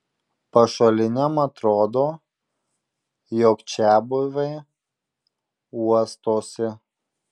pašaliniam atrodo jog čiabuviai uostosi